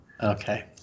Okay